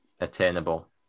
attainable